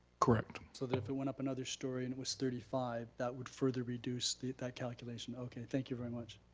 correct. so that if it went up another story and it was thirty five, that would further reduce that that calculation. okay, thank you very much.